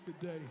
today